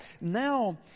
Now